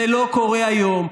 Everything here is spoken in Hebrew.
זה לא קורה היום,